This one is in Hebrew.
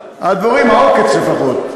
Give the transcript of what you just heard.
הדבורים, העוקץ לפחות.